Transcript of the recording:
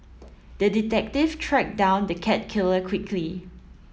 the detective tracked down the cat killer quickly